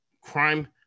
crime